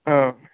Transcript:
ആ